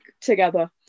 together